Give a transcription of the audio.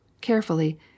carefully